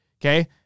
Okay